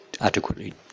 adequately